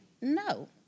no